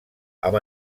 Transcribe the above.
amb